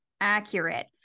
accurate